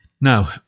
now